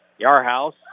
Yarhouse